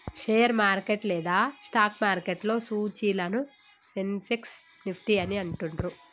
share market లేదా stock మార్కెట్లో సూచీలను సెన్సెక్స్, నిఫ్టీ అని అంటుండ్రు